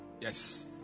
yes